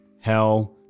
Hell